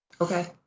okay